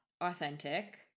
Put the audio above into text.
authentic